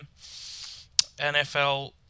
NFL